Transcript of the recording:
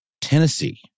Tennessee